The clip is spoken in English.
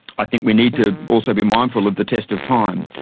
i think we need to also be mindful of the test of time.